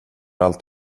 allt